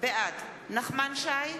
בעד נחמן שי,